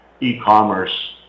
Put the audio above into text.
e-commerce